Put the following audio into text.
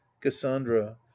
cassandra